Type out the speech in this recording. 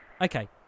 okay